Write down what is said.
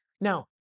Now